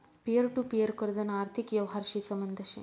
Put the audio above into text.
peer to peer कर्जना आर्थिक यवहारशी संबंध शे